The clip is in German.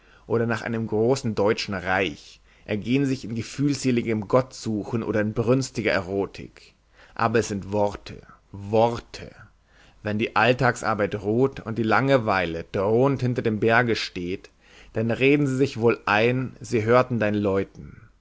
oder gar nach einem großen deutschen reich ergehn sich in gefühlsseligem gottsuchen oder in brünstiger erotik aber es sind worte worte wenn die alltagsarbeit ruht und die langeweile drohend hinter dem berge steht dann reden sie sich wohl ein sie hörten dein läuten